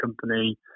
company